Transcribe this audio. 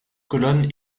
colonne